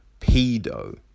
pedo